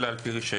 אלא על פי רישיון".